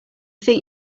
think